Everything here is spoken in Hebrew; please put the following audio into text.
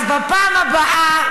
אז בפעם הבאה,